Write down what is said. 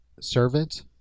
Servant